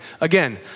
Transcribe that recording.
Again